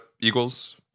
Eagles